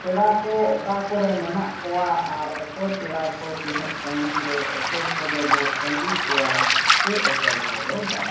ᱯᱮᱲᱟ ᱠᱚ ᱚᱠᱟ ᱠᱚᱨᱮ ᱢᱮᱱᱟᱜ ᱠᱚᱣᱟ ᱟᱨ ᱚᱠᱚᱭ ᱯᱮᱲᱟ ᱠᱚ ᱛᱤᱱᱟᱹᱜ ᱥᱟᱺᱜᱤᱧ ᱨᱮ ᱚᱠᱚᱭ ᱠᱚᱫᱚ ᱵᱚᱱ ᱛᱟᱺᱜᱤ ᱠᱚᱣᱟ ᱥᱮ ᱚᱠᱚᱭ ᱠᱚᱫᱚ ᱵᱟᱝᱜᱮ